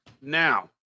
now